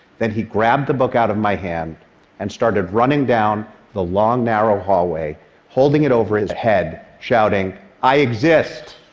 then he grabbed the book out of my hand and started running down the long, narrow hallway holding it over his head shouting, i exist!